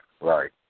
Right